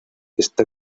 está